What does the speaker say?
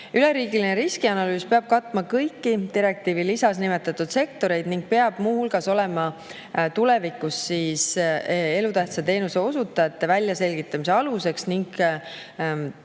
Üleriigiline riskianalüüs peab katma kõiki direktiivi lisas nimetatud sektoreid ning peab muu hulgas olema tulevikus elutähtsa teenuse osutajate väljaselgitamise aluseks ning